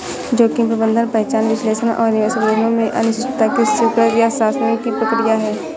जोखिम प्रबंधन पहचान विश्लेषण और निवेश निर्णयों में अनिश्चितता की स्वीकृति या शमन की प्रक्रिया है